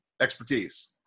expertise